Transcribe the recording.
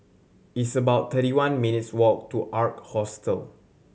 it's about thirty one minutes walk to Ark Hostel